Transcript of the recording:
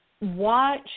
watch